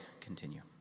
continue